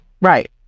Right